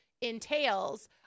entails